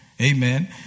Amen